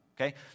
Okay